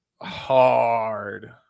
hard